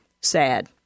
sad